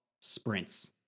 sprints